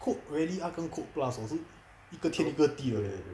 colt ralliart 跟 colt plus 是一个天一个地的 leh